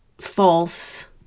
false